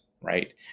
Right